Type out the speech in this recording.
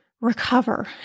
recover